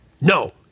no